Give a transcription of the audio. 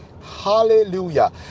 hallelujah